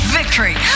victory